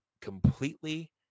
completely